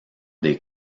des